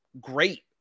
great